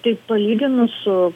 tai palyginus su